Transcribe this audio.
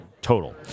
total